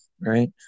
right